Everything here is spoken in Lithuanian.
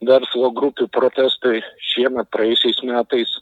verslo grupių protestai šiemet praėjusiais metais